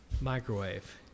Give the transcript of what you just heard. microwave